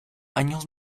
años